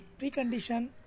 precondition